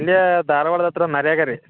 ಇಲ್ಲೇ ಧಾರ್ವಾಡ್ಡ ಹತ್ತಿರ ನರೇಗ ರೀ